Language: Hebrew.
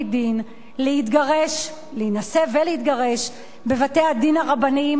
דין להינשא ולהתגרש בבתי-הדין הרבניים,